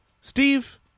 Steve